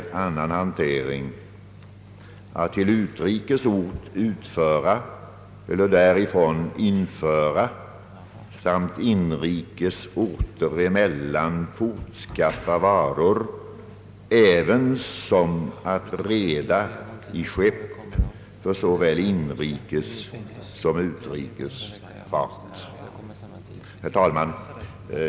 Den lyder: »Svensk man el Herr talman!